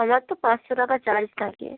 আমার তো পাঁচশো টাকা চার্জ থাকে